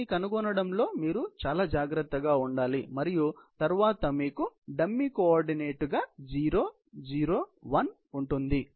దీన్ని కనుగొనడంలో మీరు చాలా జాగ్రత్తగా ఉండాలి మరియు తరువాత మీకు డమ్మీ కోఆర్డినేట్గా 0 0 1 ఉంటుంది